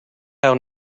how